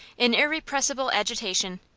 in irrepressible agitation.